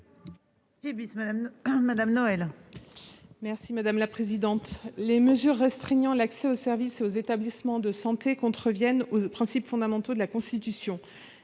: La parole est à Mme Sylviane Noël. Les mesures restreignant l'accès aux services et aux établissements de santé contreviennent aux principes fondamentaux de la Constitution.